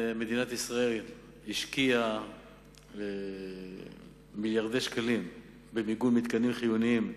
מדינת ישראל השקיעה מיליארדי שקלים במיגון מתקנים חיוניים בעוטף-עזה.